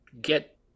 get